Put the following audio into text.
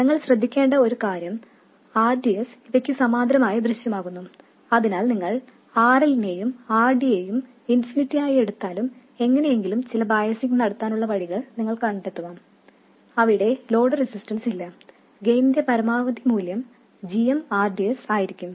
നിങ്ങൾ ശ്രദ്ധിക്കേണ്ട ഒരു കാര്യം rds ഇവയ്ക്ക് സമാന്തരമായി ദൃശ്യമാകുന്നു അതിനാൽ നിങ്ങൾ RL നെയും RD യെയും ഇൻഫിനിറ്റി ആയി എടുത്താലും എങ്ങനെയെങ്കിലും ചില ബയസിങ് നടത്താനുള്ള വഴികൾ നിങ്ങൾ കണ്ടെത്തുക അവിടെ ലോഡ് റെസിസ്റ്റൻസ് ഇല്ല ഗെയിനിന്റെ പരമാവധി മൂല്യം gmrds ആയിരിക്കും